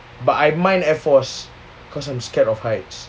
but I mind air force because I'm scared of heights